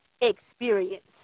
experience